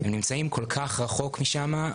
הם נמצאים כל כך רחוק משם,